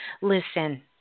Listen